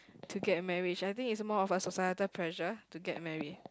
to get marriage I think is more of a societal pressure to get married